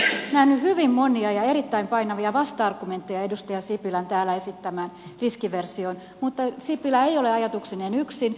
minä olen nähnyt hyvin monia ja erittäin painavia vasta argumentteja edustaja sipilän täällä esittämään riskiversioon mutta sipilä ei ole ajatuksineen yksin